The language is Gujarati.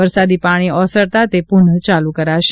વરસાદી પાણી ઓસરતા તે પુનઃ ચાલુ કરાશે